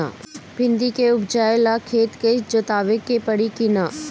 भिंदी के उपजाव ला खेत के जोतावे के परी कि ना?